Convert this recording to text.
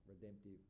redemptive